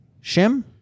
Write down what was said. Shim